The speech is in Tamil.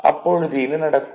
அப்பொழுது என்ன நடக்கும்